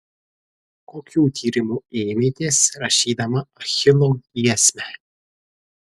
kokių tyrimų ėmėtės rašydama achilo giesmę